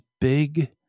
big